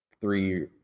three